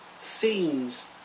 scenes